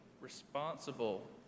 responsible